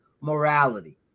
morality